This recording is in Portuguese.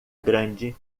grande